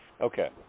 Okay